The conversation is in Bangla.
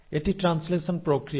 এটি ট্রান্সলেশন প্রক্রিয়া